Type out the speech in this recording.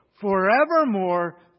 forevermore